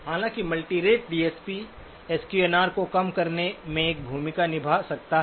हालांकि multirate DSP S Q N R को कम करने में एक भूमिका निभा सकता है